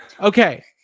Okay